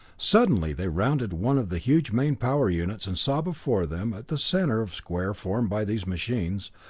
suddenly they rounded one of the huge main power units, and saw before them, at the center of square formed by these machines,